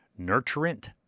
Nurturant